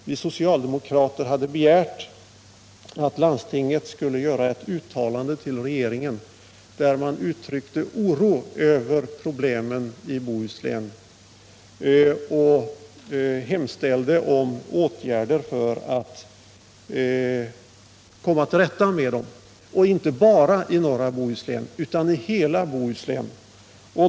Vi socialdemokrater hade begärt att landstinget skulle göra ett uttalande till regeringen där man uttryckte oro över problemen i Bohuslän och där man hemställde om åtgärder för att komma till rätta med dem. Vi avsåg därvid inte bara norra delen av länet utan hela Bohuslän.